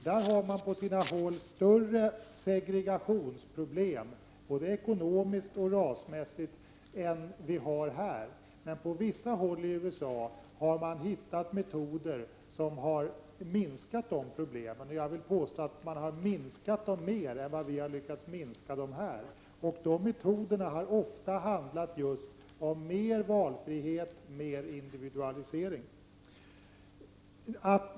Där har man på sina håll större segregationsproblem, både ekonomiskt och rasmässigt, än vi har här. Men på vissa håll i USA har man hittat metoder som har minskat de problemen. Jag vill påstå att man där har minskat dem mer än vad vi har minskat dem här. De metoderna har ofta handlat just om mer valfrihet, mer individualisering.